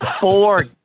four